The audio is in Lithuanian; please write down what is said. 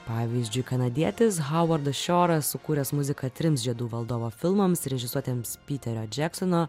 pavyzdžiui kanadietis hovardas šiora sukūręs muziką trims žiedų valdovo filmams režisuotiems piterio džeksono